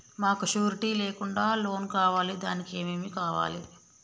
మాకు షూరిటీ లేకుండా లోన్ కావాలి దానికి ఏమేమి కావాలి?